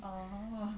orh